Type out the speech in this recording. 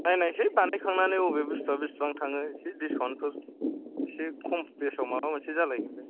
नायनायसै बानायखांनानै बबे बुस्तुआ बिसिबां थाङो एसे डिस्काउन्टफोर एसे खम बेसेनाव माबा मोनसे जालायगोन बे